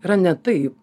yra ne taip